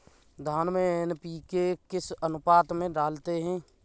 धान में एन.पी.के किस अनुपात में डालते हैं?